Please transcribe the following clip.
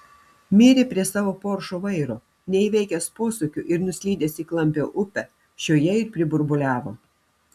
mirė prie savo poršo vairo neįveikęs posūkio ir nuslydęs į klampią upę šioje ir priburbuliavo